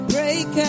Break